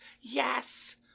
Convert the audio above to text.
Yes